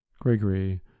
Gregory